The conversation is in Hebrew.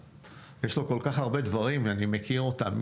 יש לו כל כך הרבה דברים ואני מכיר אותם,